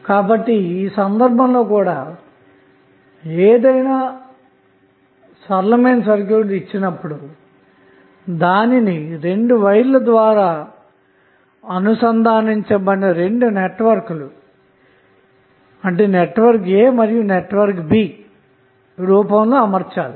కాబట్టి ఈ సందర్భంలో కూడా ఏదైనా సరళమైన సర్క్యూట్ ఇచ్చినప్పుడు దానిని 2 వైర్ల ద్వారా అనుసంధానించబడిన 2 నెట్వర్క్ల A మరియు B రూపంలో అమర్చాలి